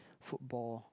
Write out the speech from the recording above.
football